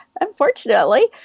unfortunately